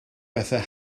bethau